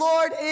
Lord